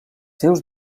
seus